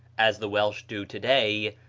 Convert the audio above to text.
as the welsh do to-day,